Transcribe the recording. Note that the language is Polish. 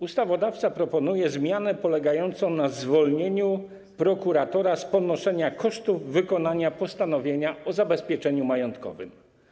Ustawodawca proponuje zmianę polegającą na zwolnieniu prokuratora z ponoszenia kosztów wykonania postanowienia o zabezpieczeniu majątkowym.